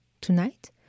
Tonight